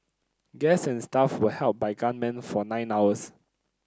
guest and staff were held by gunmen for nine hours